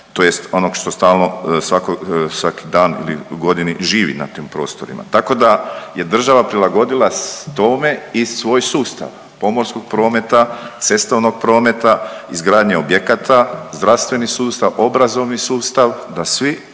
tj. onog što stalno svaki dan ili godini živi na tim prostorima, tako da je država prilagodila tome i svoj sustav pomorskog prometa, cestovnog prometa, izgradnje objekata, zdravstveni sustav, obrazovni sustav, da svi